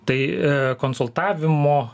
tai konsultavimo